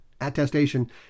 attestation